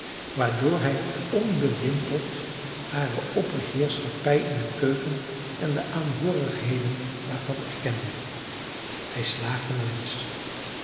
waardoor hij onbewimpeld hare opperheerschappij in de keuken en de aanhoorigheden daarvan erkende hij slaagde naar wensch